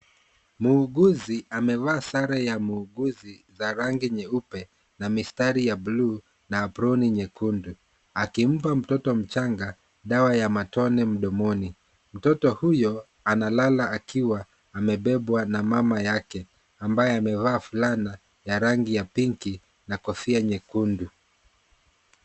Muuguzi amevaa sare ya muuguzi za rangi nyeupe na mistari ya buluu na aproni nyekundu; akimpa mtoto mchanga dawa ya matone mdomoni. Mtoto huyo analala akiwa amebebwa na mamake ambaye amevaa fulana ya rangi ya pinki na kofia nyekundu.